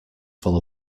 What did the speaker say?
full